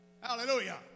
Hallelujah